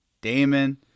Damon